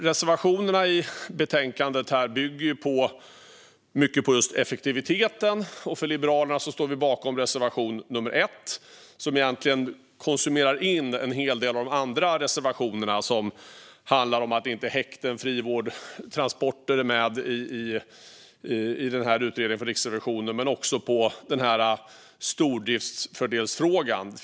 Reservationerna i betänkandet bygger mycket på just effektiviteten. Liberalerna står bakom reservation nummer 1, som egentligen inkluderar en hel del andra reservationer. Det handlar om att häkten, frivård och transporter inte är med i utredningen från Riksrevisionen men också om frågan om stordriftsfördelar.